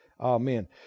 amen